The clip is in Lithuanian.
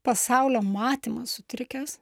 pasaulio matymas sutrikęs